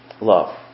love